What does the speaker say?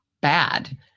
bad